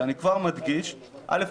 שאני כבר מדגיש, א.